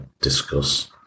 Discuss